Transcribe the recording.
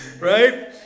right